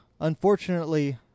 unfortunately